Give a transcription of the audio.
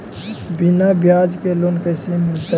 बिना ब्याज के लोन कैसे मिलतै?